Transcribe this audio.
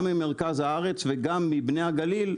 גם ממרכז הארץ וגם מבני הגליל,